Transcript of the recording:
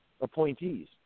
appointees